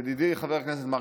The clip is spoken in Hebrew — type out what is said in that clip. ידידי חבר הכנסת מרגי,